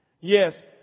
Yes